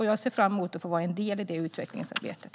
Jag ser fram emot att få vara en del i det utvecklingsarbetet.